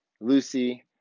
Lucy